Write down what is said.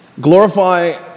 Glorify